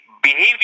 Behavior